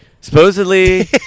Supposedly